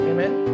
Amen